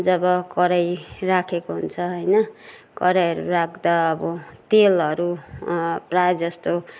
जब कराही राखेको हुन्छ होइन कराहीहरू राख्दा अब तेलहरू प्राय जस्तो